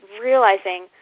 realizing